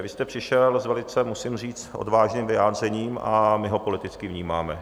Vy jste přišel s velice, musím říct, odvážným vyjádřením a my ho politicky vnímáme.